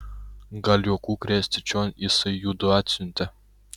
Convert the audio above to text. gal juokų krėsti čion jisai judu atsiuntė